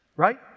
Right